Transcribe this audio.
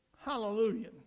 Hallelujah